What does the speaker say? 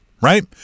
right